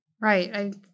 Right